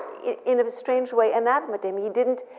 in a strange way, anathema to him. he didn't,